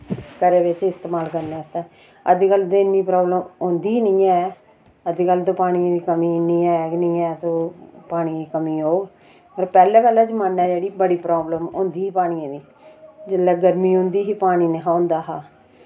घरे विच इस्तेमाल करने आस्तै अज्जकल ते इन्नी प्राब्लम औंदी नि ऐ अज्जकल ते पानिये दी कमी इन्नी है गै नि ऐ के ओ पानिये दी कमी औग पर पैह्लै पैह्लै जमानै जेह्ड़ी बड़ी प्राब्लम होंदी ही पानिये दी जिल्लै गर्मी औंदी ही पानी नेहा होंदा हा